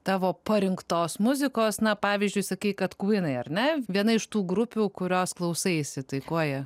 tavo parinktos muzikos na pavyzdžiui sakei kad kvynai ar ne viena iš tų grupių kurios klausaisi tai kuo jie